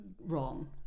wrong